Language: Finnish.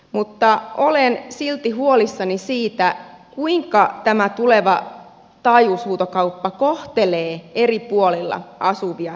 mutta olen silti huolissani siitä kuinka tämä tuleva taajuushuutokauppa kohtelee eri puolilla asuvia ihmisiä